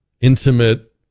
intimate